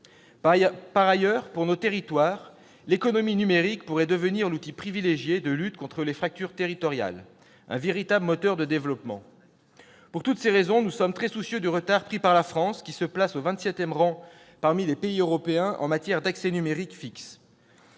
Par ailleurs, pour nos territoires, l'économie numérique pourrait devenir l'outil privilégié de lutte contre les fractures territoriales : un véritable moteur de développement. Pour toutes ces raisons, nous sommes très soucieux du retard pris par la France, qui se place au vingt-septième rang parmi les pays européens en matière d'accès au numérique fixe.